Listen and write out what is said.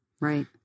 Right